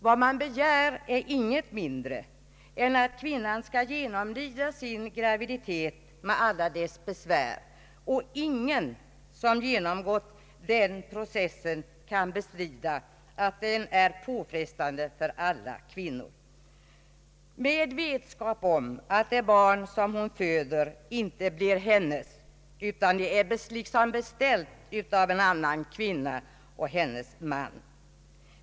Vad man begär är inget mindre än att kvinnan skall genomlida sin graviditet med alla dess besvär — ingen som genomgått den processen kan bestrida att den är påfrestande — med vetskap om att det barn som hon föder inte blir hennes utan är liksom beställt av en annan kvinna och dennas man.